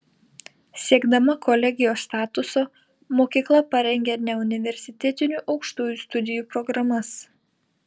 siekdama kolegijos statuso mokykla parengė neuniversitetinių aukštųjų studijų programas